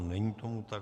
Není tomu tak.